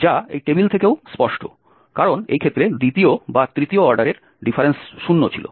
যা টেবিল থেকেও স্পষ্ট কারণ এই ক্ষেত্রে দ্বিতীয় বা তৃতীয় অর্ডারের ডিফারেন্স 0 ছিল